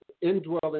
Indwelling